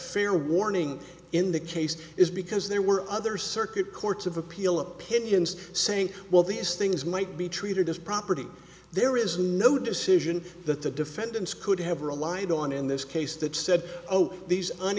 fair warning in the case is because there were other circuit courts of appeal opinions saying well these things might be treated as property there is no decision that the defendants could have relied on in this case that said oh these